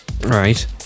Right